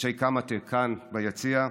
אנשי קמאטק כאן ביציע,